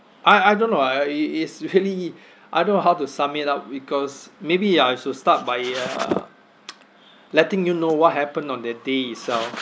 I I don't know I is is really I don't know how to sum it up because maybe I should start by uh letting you know what happened on the day itself